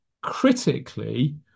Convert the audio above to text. Critically